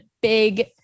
big